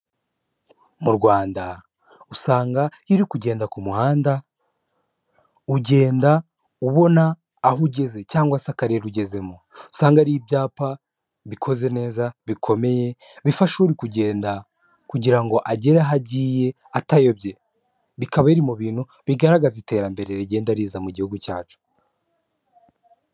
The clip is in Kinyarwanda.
Mu rwanda usanga iyo uri kugenda ku muhanda, ugenda ubona aho ugeze cyangwa se Akarere ugezemo. Usanga hari ibyapa bikoze neza bikomeye bifasha uri kugenda kugira agere aho agiye atayobye, bikaba biri mu bintu bigaragaza iterambere rigenda riza mu Gihugu cyacu.